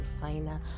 final